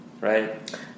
right